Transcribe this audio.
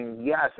yes